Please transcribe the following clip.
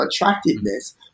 attractiveness